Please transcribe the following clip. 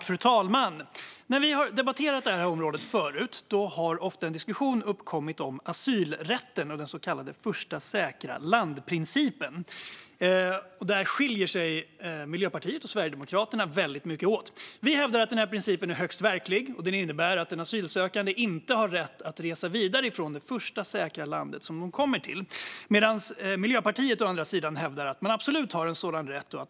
Fru talman! När vi har debatterat det här området förut har ofta en diskussion uppkommit om asylrätten och den så kallade första säkra land-principen. Där skiljer sig Miljöpartiet och Sverigedemokraterna väldigt mycket åt. Vi hävdar att den här principen är högst verklig. Den innebär att man som asylsökande inte har rätt att resa vidare från det första säkra land man kommer till. Miljöpartiet hävdar för sin del att man absolut har en sådan rätt.